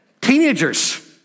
Teenagers